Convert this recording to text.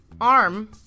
arm